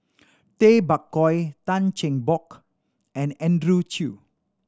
Tay Bak Koi Tan Cheng Bock and Andrew Chew